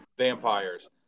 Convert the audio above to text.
Vampires